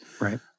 Right